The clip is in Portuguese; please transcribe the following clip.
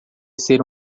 ser